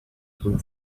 blue